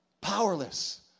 Powerless